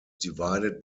divided